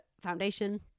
foundation